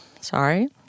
sorry